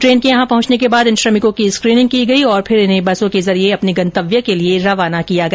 train के यहां पहुंचने के बाद इन श्रमिकों की स्कीनिंग की गई और फिर इन्हें बसों के जरिये अपने गंतव्य के लिए रवाना किया गया